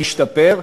תשתפר,